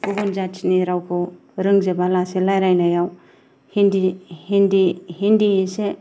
गुबुन जाथिन रावखौ रोंजोबा जासे रायज्लायनायाव हिन्दी हिन्दी हिन्दी इसे